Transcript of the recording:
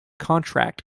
contract